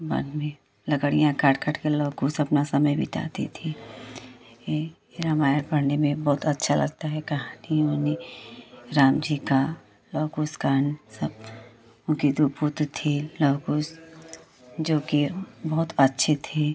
one में लकड़ियाँ काट काटकर लव कुश अपना समय बिताते थे यह रामायण पढ़ने में बहुत अच्छा लगता है कहानी ओनी राम जी की लव कुश काँड सब उनके दो पुत्र थे लव कुश जोकि बहुत अच्छे थे